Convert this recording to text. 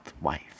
wife